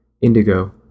Indigo